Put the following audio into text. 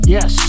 Yes